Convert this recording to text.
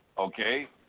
okay